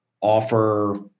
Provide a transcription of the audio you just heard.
offer